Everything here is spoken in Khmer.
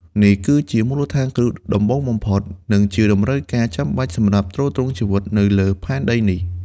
នេះគឺជាមូលដ្ឋានគ្រឹះដំបូងបំផុត និងជាតម្រូវការចាំបាច់សម្រាប់ទ្រទ្រង់ជីវិតនៅលើផែនដីនេះ។